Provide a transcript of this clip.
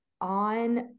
on